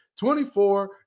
24